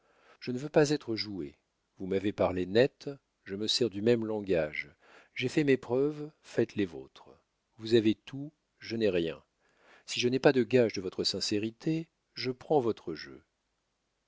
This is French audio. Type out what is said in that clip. je ne veux pas être joué vous m'avez parlé net je me sers du même langage j'ai fait mes preuves faites les vôtres vous avez tout je n'ai rien si je n'ai pas de gages de votre sincérité je prends votre jeu